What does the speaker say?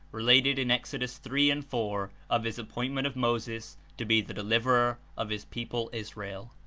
related in exodus three and four, of his appointment of moses to be the deliverer of his people israel.